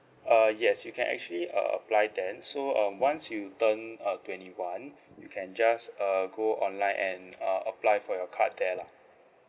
uh yes you can actually uh apply then so um once you turn uh twenty one you can just uh go online and uh apply for your card there lah